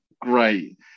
great